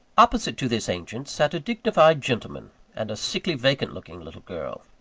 opposite to this ancient sat a dignified gentleman and a sickly vacant-looking little girl.